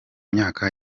myaka